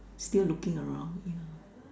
still looking around yeah